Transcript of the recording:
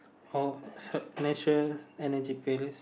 how uh natural energy pills